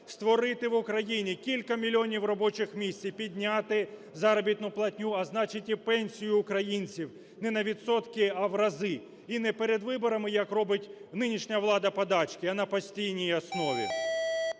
створити в Україні кілька мільйонів робочих місць і підняти заробітну платню, а значить, і пенсію українців не на відсотки, а в рази, і не перед виборами, як робить нинішня влада подачки, а на постійній основі.